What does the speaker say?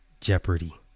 jeopardy